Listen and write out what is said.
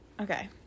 Okay